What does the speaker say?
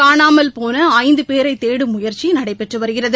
காணாமல்போனஐந்துபேரைதேடும் முயற்சிநடைபெற்றுவருகிறது